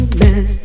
man